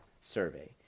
survey